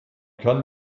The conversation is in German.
kann